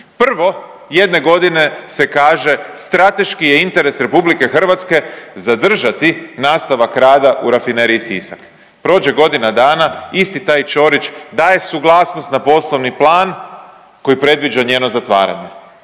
Prvo jedne godine se kaže strateški je interes Republike Hrvatske zadržati nastavak rada u Rafineriji Sisak. Prođe godina dana, isti taj Ćorić daje suglasnost na poslovni plan koji predviđa njeno zatvaranje,